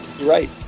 Right